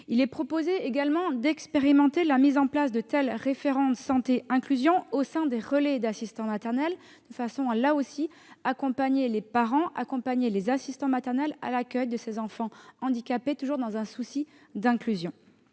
Il est également proposé d'expérimenter la mise en place de tels référents santé et inclusion au sein des relais d'assistants maternels de façon, là aussi, à accompagner les parents et les assistants maternels à l'accueil de ces enfants handicapés, toujours dans un souci d'inclusion.